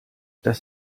das